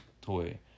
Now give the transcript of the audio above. toy